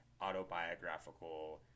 autobiographical